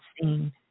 seen